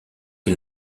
qui